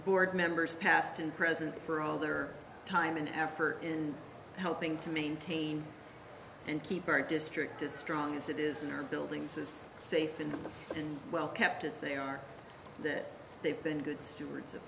board members past and present for all their time and effort in helping to maintain and keep our district as strong as it is in our buildings is safe and and well kept as they are that they've been good stewards